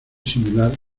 similar